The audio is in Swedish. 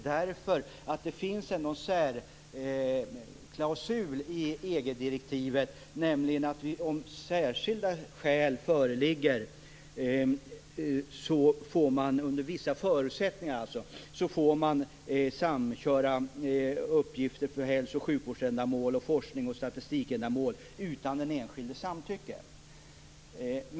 Det finns nämligen en särklausul i EG-direktivet som innebär att om särskilda skäl föreligger, dvs. under vissa förutsättningar, får man samköra uppgifter för hälso och sjukvårdsändamål, forskning och statistikändamål utan den enskildes samtycke.